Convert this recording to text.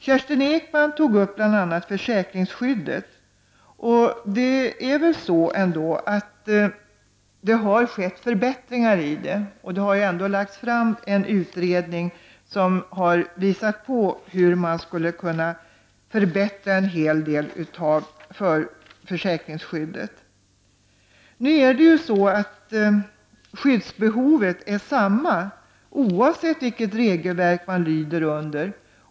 Kerstin Ekman tog bl.a. upp försäkringsskyddet, och det är väl ändå så att det har skett förbättringar i detta. Det har ju lagts fram en utredning som har visat hur man skulle kunna förbättra en hel del av försäkringsskyddet. Det är ju så att skyddsbehovet är detsamma oavsett vilket regelverk man lyder under.